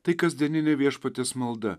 tai kasdieninė viešpaties malda